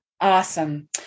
Awesome